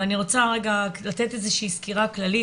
אבל אני רוצה רגע לתת איזה שהיא סקירה כללית